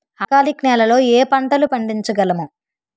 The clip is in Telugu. ఆల్కాలిక్ నెలలో ఏ పంటలు పండించగలము?